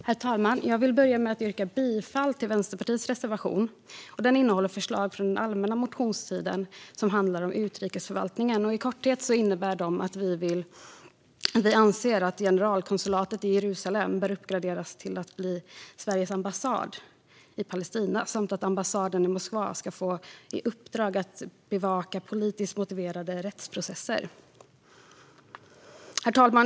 Herr talman! Jag vill börja med att yrka bifall till Vänsterpartiets reservation. Den innehåller förslag från den allmänna motionstiden som handlar om utrikesförvaltningen. I korthet innebär förslagen att vi anser att generalkonsulatet i Jerusalem bör uppgraderas till att bli Sveriges ambassad i Palestina samt att ambassaden i Moskva ska få i uppdrag att bevaka politiskt motiverade rättsprocesser. Herr talman!